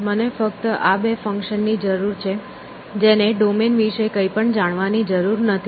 મને ફક્ત આ બે ફંક્શન ની જરૂર છે જેને ડોમેન વિશે કંઈપણ જાણવાની જરૂર નથી